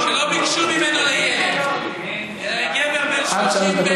לא ביקשו ממנו לילד אלא לגבר בן 30,